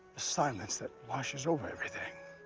silence that washes over everything.